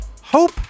Hope